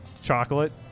Chocolate